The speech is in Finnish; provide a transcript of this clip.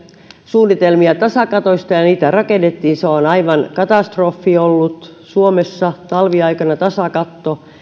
suunnitelmia tasakatoista ja niitä rakennettiin se on aivan katastrofi ollut suomessa talviaikana tasakatto